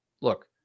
Look